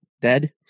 dead